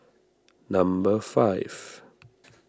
number five